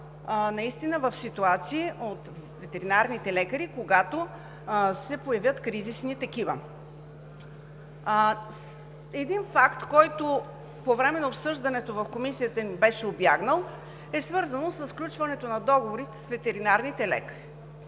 да се реагира от ветеринарните лекари, когато се появят кризисни ситуации. Един факт, който по време на обсъждането в Комисията ми беше убегнал, е свързан със сключването на договори с ветеринарните лекари.